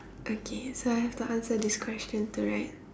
okay so I have to answer this question too right